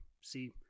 see